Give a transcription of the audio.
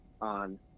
on